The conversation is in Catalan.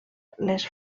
les